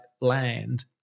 land